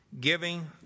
giving